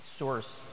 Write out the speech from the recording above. source